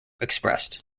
expressed